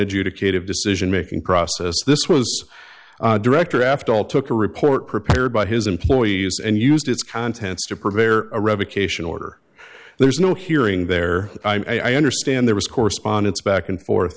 adjudicative decision making process this was a director after all took a report prepared by his employees and used its contents to prepare a revocation order there's no hearing there i understand there was correspondence back and forth